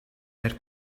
per